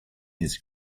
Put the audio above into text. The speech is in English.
his